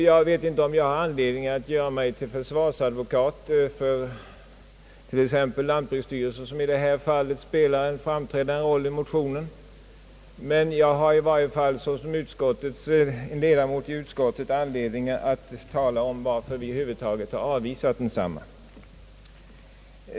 Jag vet inte om jag har anledning att göra mig till försvarsadvokat för t.ex. lantbruksstyrelsen, som i det här fallet spelar en framträdande roll i motionen, men jag har i alla fall såsom ledamot i utskottet anledning att tala om varför vi över huvud taget avvisat motionen.